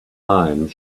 thyme